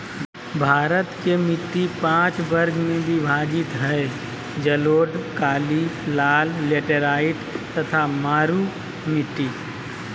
भारत के मिट्टी पांच वर्ग में विभाजित हई जलोढ़, काली, लाल, लेटेराइट तथा मरू मिट्टी